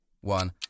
one